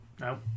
No